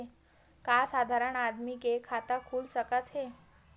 का साधारण आदमी के खाता खुल सकत हे?